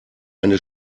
eine